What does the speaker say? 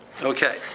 okay